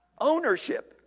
Ownership